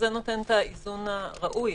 נותן את האיזון הראוי.